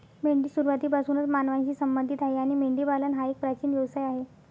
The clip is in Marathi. मेंढी सुरुवातीपासूनच मानवांशी संबंधित आहे आणि मेंढीपालन हा एक प्राचीन व्यवसाय आहे